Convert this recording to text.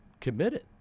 committed